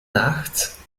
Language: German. nachts